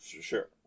Sure